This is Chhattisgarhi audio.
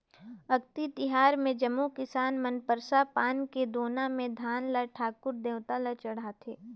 अक्ती तिहार मे जम्मो किसान मन परसा पान के दोना मे धान ल ठाकुर देवता ल चढ़ाथें